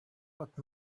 but